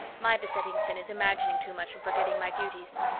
my besetting sin is imagining too much and forgetting my duties.